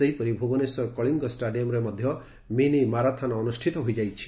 ସେହିପରି ଭୁବନେଶ୍ୱର କଳିଙ୍ଗ ଷ୍କାଡିୟମ୍ରେ ମଧ୍ଧ ମିନି ମାରାଥନ୍ ଅନୁଷ୍ଠିତ ହୋଇଯାଇଛି